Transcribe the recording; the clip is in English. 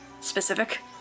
specific